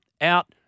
out